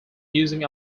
using